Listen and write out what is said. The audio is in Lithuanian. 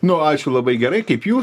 nu ačiū labai gerai kaip jūs